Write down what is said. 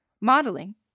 Modeling